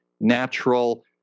natural